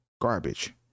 garbage